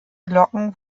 glocken